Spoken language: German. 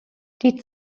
die